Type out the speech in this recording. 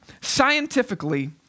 Scientifically